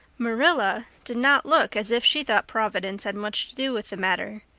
marilla did not look as if she thought providence had much to do with the matter.